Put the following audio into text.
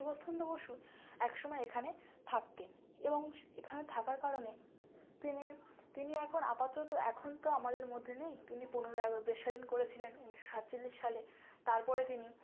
সুভাষচন্দ বসু এক সময় এখানে থাকতেন এবং এখানে থাকার কারণে তিনি তিনি এখন আপাতত এখন তো আমাদের মধ্যে নেই তিনি পনেরোই আগস্ট দেশ স্বাধীন করেছিলেন উনিশশো সাত চল্লিশ সালে তারপরে তিনি